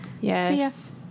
Yes